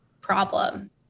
problem